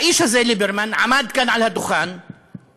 האיש הזה, ליברמן, עמד כאן על הדוכן פעם,